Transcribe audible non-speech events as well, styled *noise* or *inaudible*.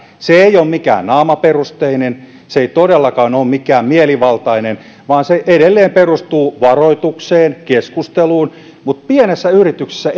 se ei ei ole mikään naamaperusteinen se ei todellakaan ole mikään mielivaltainen vaan se edelleen perustuu varoitukseen ja keskusteluun mutta pienessä yrityksessä *unintelligible*